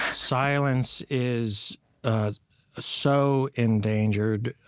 silence is ah so endangered,